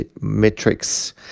metrics